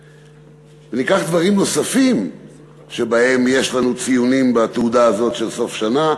ניקח דברים נוספים שבהם יש לנו ציונים בתעודה הזאת של סוף שנה: